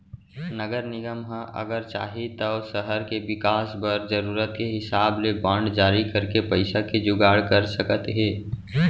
नगर निगम ह अगर चाही तौ सहर के बिकास बर जरूरत के हिसाब ले बांड जारी करके पइसा के जुगाड़ कर सकत हे